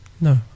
No